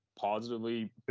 positively